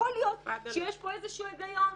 יכול להיות שיש פה איזשהו היגיון.